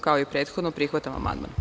Kao i prethodno, prihvatam amandman.